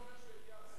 אבל חכה,